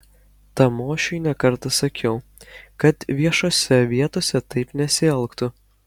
tamošiui ne kartą sakiau kad viešose vietose taip nesielgtų